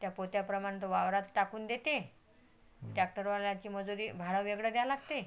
त्या पोत्याप्रमाणं तो वावरात टाकून देते ट्रॅक्टरवाल्याची मजूरी भाडं वेगळं द्यायला लागते